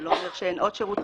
זה לא אומר שאין עוד שירותים,